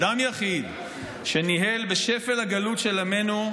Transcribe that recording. אדם יחיד שניהל, בשפל הגלות של עמנו,